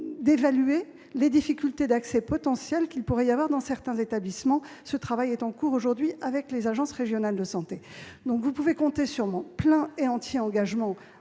d'évaluer les difficultés d'accès potentiel qui pourraient survenir dans certains établissements. Ce travail est en cours avec les agences régionales de santé. Vous pouvez compter sur mon plein et entier engagement